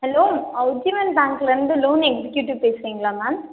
hello ah Ujjivan பேங்க்லந்து loan executive பேசுகிறீங்களா ma'am